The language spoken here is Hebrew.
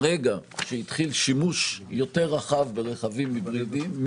ברגע שהתחיל שימוש יותר רחב ברכבים היברידיים,